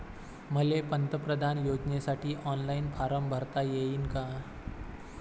मले पंतप्रधान योजनेसाठी ऑनलाईन फारम भरता येईन का?